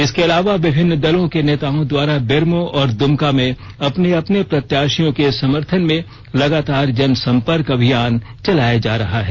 इसके अलावा विभिन्न दलों के नेताओं द्वारा बेरमो और दुमका में अपने अपने प्रत्याशियों के समथर्थन में लगातार जनसंपर्क अभियान चलाया जा रहा है